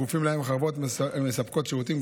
הגופים שהחברות מספקות להם שירותים.